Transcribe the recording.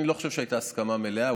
אני לא חושב שהייתה הסכמה מלאה,